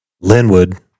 Linwood